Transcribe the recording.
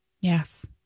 Yes